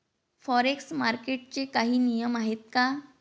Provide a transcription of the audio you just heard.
Forex मार्केटचे काही नियम आहेत का?